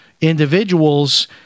individuals